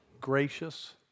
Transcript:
gracious